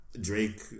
Drake